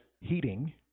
heating